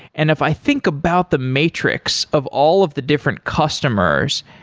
and if i think about the matrix of all of the different customers,